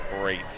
great